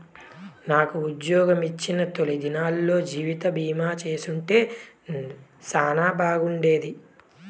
నాకుజ్జోగమొచ్చిన తొలి దినాల్లో జీవితబీమా చేసుంటే సానా బాగుండేది